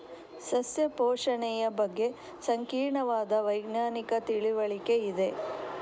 ಸಸ್ಯ ಪೋಷಣೆಯ ಬಗ್ಗೆ ಸಂಕೀರ್ಣವಾದ ವೈಜ್ಞಾನಿಕ ತಿಳುವಳಿಕೆ ಇದೆ